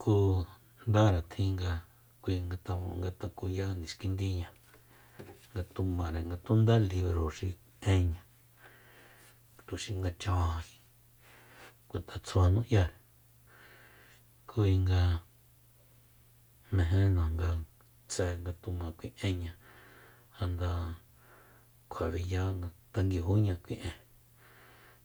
Ku ndara tjin nga kui nga takuya niskindiña ngatumare nga tun dá libri xi énña tuxi nga chajají ku nde tsjua nu'yare kuinga mejena nga tse nga tuma kui énña janda kjua beyá tanguijoña kui en